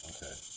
Okay